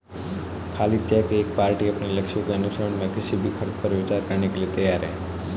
खाली चेक एक पार्टी अपने लक्ष्यों के अनुसरण में किसी भी खर्च पर विचार करने के लिए तैयार है